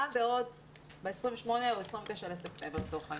גם ב-28 או 29 בספטמבר לצורך העניין.